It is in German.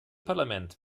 parlament